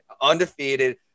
undefeated